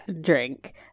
drink